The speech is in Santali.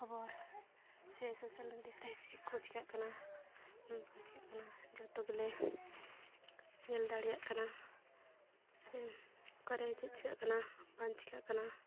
ᱠᱷᱚᱵᱚᱨ ᱥᱮ ᱥᱳᱥᱟᱞ ᱢᱤᱰᱤᱭᱟ ᱨᱮ ᱪᱮᱫ ᱠᱚ ᱪᱮᱠᱟᱜ ᱠᱟᱱᱟ ᱵᱟᱝ ᱪᱮᱠᱟᱜ ᱠᱟᱱᱟ ᱡᱚᱛᱚ ᱜᱮᱞᱮ ᱧᱮᱞ ᱫᱟᱲᱮᱭᱟᱜ ᱠᱟᱱᱟ ᱥᱮ ᱚᱠᱟᱨᱮ ᱪᱮᱫ ᱪᱮᱠᱟᱜ ᱠᱟᱱᱟ ᱵᱟᱝ ᱪᱮᱠᱟᱜ ᱠᱟᱱᱟ